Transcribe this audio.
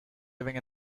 living